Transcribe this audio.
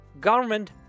Government